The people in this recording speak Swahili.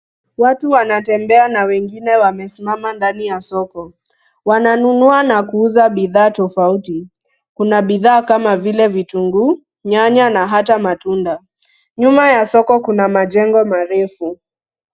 Watu wanatembea na wengine wamesimama ndani ya soko. wananunua na kuuza bidhaa tofauti ,Kuna bidhaa kama vile vitunguu, nyanya na hata matunda. nyuma ya soko Kuna majengo marefu.